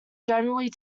generally